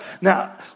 Now